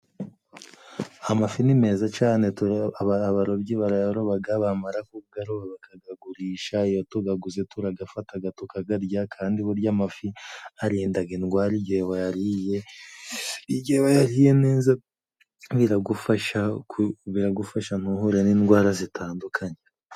Amafi ni meza cane, abarobyi barayaroga bamara kugaroba bagagurisha, iyo tugaguze turagafataga, tugagarya kandi burya amafi arindaga indwara igihe wayariye, igihe wayariye neza biragufasha biragufasha ntuhure n'indwara zitandukanye.